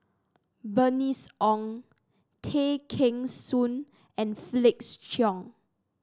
Bernice Ong Tay Kheng Soon and Felix Cheong